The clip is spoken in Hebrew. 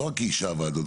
לא רק אישרה ועדות,